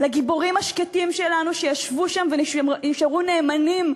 לגיבורים השקטים שלנו שישבו שם ונשארו נאמנים,